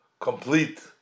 complete